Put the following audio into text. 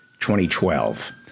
2012